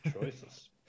Choices